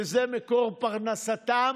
שזה מקור פרנסתם.